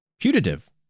putative